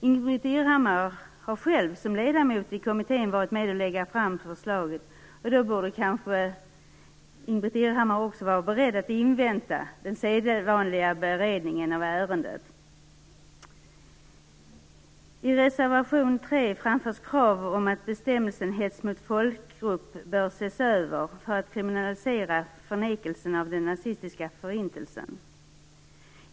Ingbritt Irhammar har själv som ledamot i kommittén varit med om att lägga fram förslaget, och då borde hon kanske också vara beredd att invänta den sedvanliga beredningen av ärendet. I reservation 3 framförs krav om att bestämmelsen om hets mot folkgrupp bör ses över i syfte att kriminalisera förnekelse av den nazistiska förintelsen.